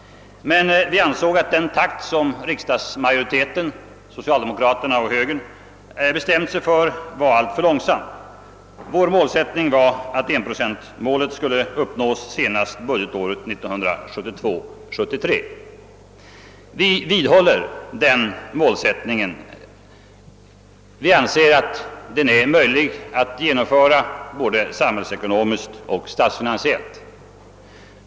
Men vi ansåg att den takt som riksdagsmajoriteten, socialdemokraterna och högern, bestämt sig för var alltför långsam. Vår målsättning var att 1 procentsmålet skulle uppnås senast budgetåret 1972/73. Vi vidhåller den målsättningen och anser den vara möjlig att uppnå både samhällsekonomiskt och statsfinansiellt.